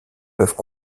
peuvent